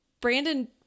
Brandon